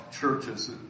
churches